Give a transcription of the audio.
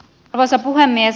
arvoisa puhemies